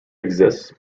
exists